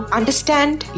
understand